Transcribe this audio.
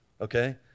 Okay